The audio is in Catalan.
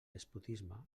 despotisme